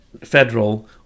federal